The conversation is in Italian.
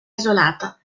isolata